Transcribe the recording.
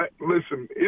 listen